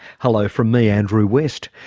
hello from me, andrew west.